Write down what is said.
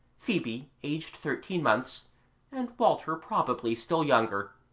phoebe aged thirteen months and walter probably still younger,